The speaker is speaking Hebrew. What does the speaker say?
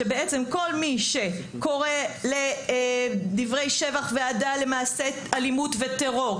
שבעצם כל מי שקורא לדברי שבח ואהדה למעשי אלימות וטרור,